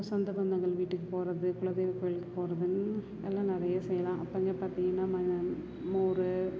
சொந்த பந்தங்கள் வீட்டுக்குப் போகிறது குலதெய்வ கோயிலுக்குப் போகிறதுன்னு எல்லாம் நிறைய செய்யலாம் அப்போ இங்கே பார்த்தீங்கன்னா ம மோர்